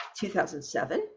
2007